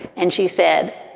and she said,